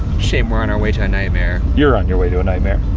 shame we're on our way to a nightmare. you're on your way to a nightmare.